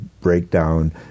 breakdown